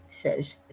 says